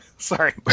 Sorry